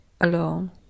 alone